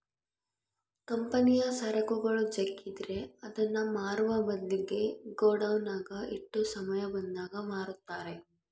ಕಂಪನಿಯ ಸರಕುಗಳು ಜಗ್ಗಿದ್ರೆ ಅದನ್ನ ಮಾರುವ ಬದ್ಲಿಗೆ ಗೋಡೌನ್ನಗ ಇಟ್ಟು ಸಮಯ ಬಂದಾಗ ಮಾರುತ್ತಾರೆ